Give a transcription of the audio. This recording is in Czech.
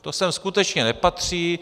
To sem skutečně nepatří.